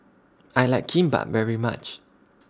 I like Kimbap very much